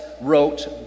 wrote